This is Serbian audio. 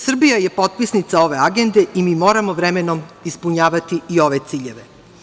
Srbija je potpisnica ove agende i mi moramo vremenom ispunjavati i ove ciljeve.